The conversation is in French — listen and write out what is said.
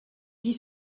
dit